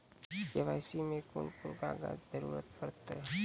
KYC मे कून कून कागजक जरूरत परतै?